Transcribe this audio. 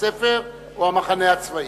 בית-הספר או המחנה הצבאי?